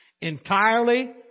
entirely